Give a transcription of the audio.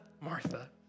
Martha